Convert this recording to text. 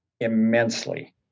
immensely